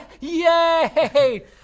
Yay